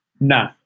No